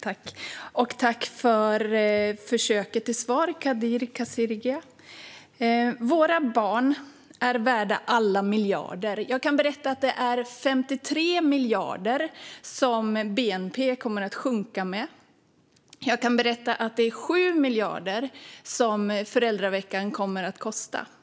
tackar för försöket till svar, Kadir Kasirga. Våra barn är värda alla miljarder, säger han. Jag kan berätta att bnp kommer att sjunka med 53 miljarder. Jag kan berätta att föräldraveckan kommer att kosta 7 miljarder.